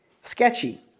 Sketchy